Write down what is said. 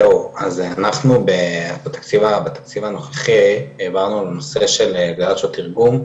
אנחנו בתקציב הנוכחי העברנו נושא של מאה שעות תרגום,